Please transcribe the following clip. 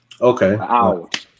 okay